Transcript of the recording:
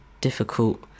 difficult